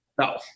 No